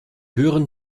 höheren